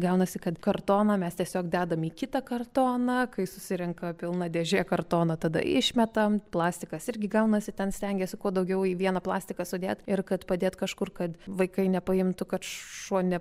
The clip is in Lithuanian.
gaunasi kad kartoną mes tiesiog dedam į kitą kartoną kai susirenka pilna dėžė kartoną tada išmetam plastikas irgi gaunasi ten stengiesi kuo daugiau į vieną plastiką sudėt ir kad padėt kažkur kad vaikai nepaimtų kad šuo ne